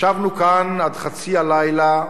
ישבנו כאן עד חצי הלילה,